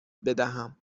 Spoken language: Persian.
بدهم